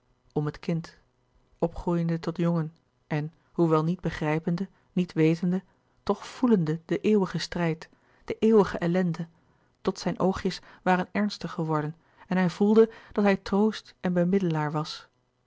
om het kind opgroeiende tot jongen en hoewel niet belouis couperus de boeken der kleine zielen grijpende niet wetende toch voelende den eeuwigen strijd de eeuwige ellende tot zijne oogjes waren ernstig geworden en hij voelde dat hij troost en bemiddelaar was